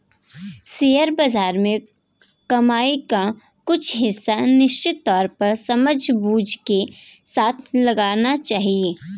share बाज़ार में कमाई का कुछ हिस्सा निश्चित तौर पर समझबूझ के साथ लगाना चहिये